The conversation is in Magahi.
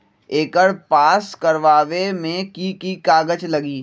एकर पास करवावे मे की की कागज लगी?